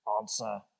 Answer